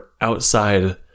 outside